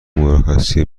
مرخصی